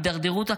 את הים ואת